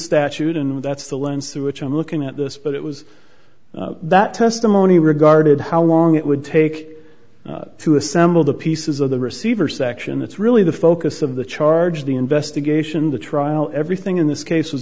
statute and that's the lens through which i'm looking at this but it was that testimony regarded how long it would take to assemble the pieces of the receiver section that's really the focus of the charge the investigation the trial everything in this case was